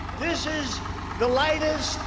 this is the lightest,